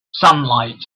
sunlight